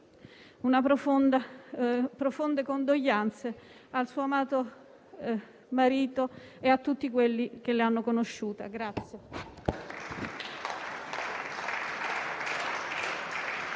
Viva, profonde condoglianze, al suo amato marito e a tutti quelli che l'hanno conosciuta.